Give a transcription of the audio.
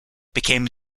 became